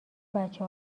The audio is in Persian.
بچه